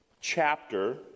chapter